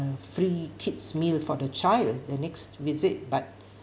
a free kids meal for the child the next visit but